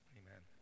amen